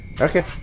Okay